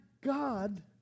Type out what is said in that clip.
God